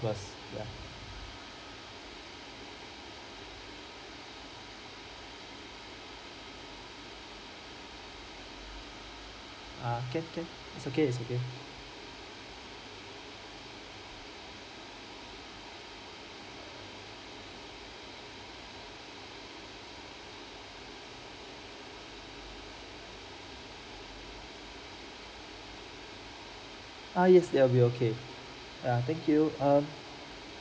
ah can can it's okay it's okay ah yes it will be okay err thank you err